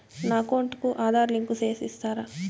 నా అకౌంట్ కు ఆధార్ లింకు సేసి ఇస్తారా?